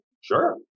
Sure